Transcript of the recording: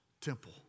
temple